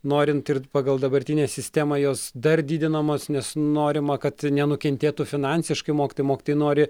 norint dirbt pagal dabartinę sistemą jos dar didinamos nes norima kad nenukentėtų finansiškai mokytojai mokytojai nori